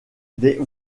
des